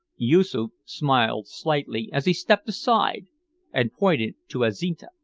yoosoof smiled slightly as he stepped aside and pointed to azinte.